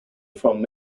from